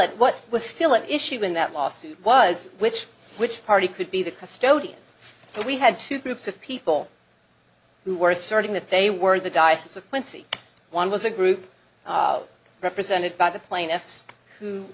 what was still an issue in that lawsuit was which which party could be the custodian so we had two groups of people who were asserting that they were the guys of twenty one was a group represented by the plaintiffs